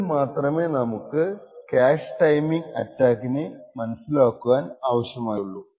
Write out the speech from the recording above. ഇത് മാത്രമേ നമുക്ക് ക്യാഷെ ടൈമിംഗ് അറ്റാക്ക് മനസ്സിലാക്കുവാൻ ആവശ്യമായുള്ളൂ